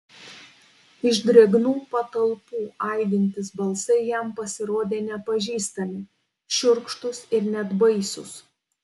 iš drėgnų patalpų aidintys balsai jam pasirodė nepažįstami šiurkštūs ir net baisūs